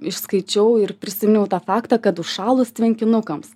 išskaičiau ir prisiminiau tą faktą kad užšalus tvenkinukams